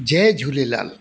Jay Jhulelal